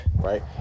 Right